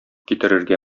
китерергә